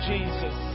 Jesus